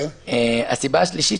הסיבה השלישית,